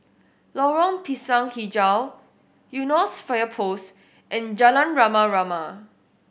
Lorong Pisang Hijau Eunos Fire Post and Jalan Rama Rama